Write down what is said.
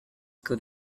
could